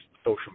social